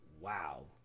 wow